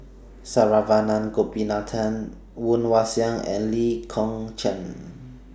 Saravanan Gopinathan Woon Wah Siang and Lee Kong Chian